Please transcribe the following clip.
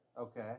Okay